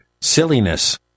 silliness